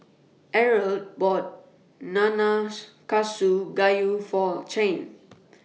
Eldred bought Nanakusa Gayu For Chain